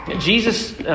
Jesus